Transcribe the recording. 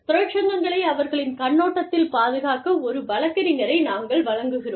தொழிற்சங்கங்களை அவர்களின் கண்ணோட்டத்தில் பாதுகாக்க ஒரு வழக்கறிஞரை நாங்கள் வழங்குகிறோம்